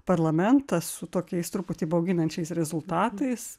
parlamentą su tokiais truputį bauginančiais rezultatais